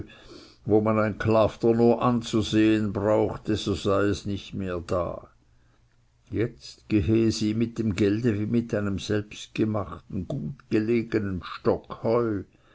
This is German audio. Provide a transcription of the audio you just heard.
wo man ein klafter nur anzusehen brauche so sei es nicht mehr da jetzt gehe es ihm mit dem gelde wie mit einem selbstgemachten gutgelegenen